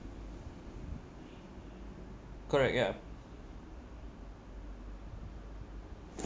correct yeah